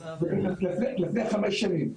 לפני חמש שנים.